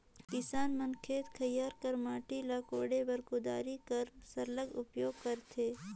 किसान मन खेत खाएर कर माटी ल कोड़े बर कुदारी कर सरलग उपियोग करथे